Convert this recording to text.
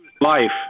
Life